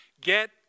Get